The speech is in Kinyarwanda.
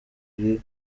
ariwe